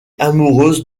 amoureuse